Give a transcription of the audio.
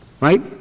right